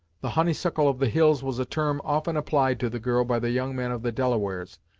the honeysuckle of the hills was a term often applied to the girl by the young men of the delawares,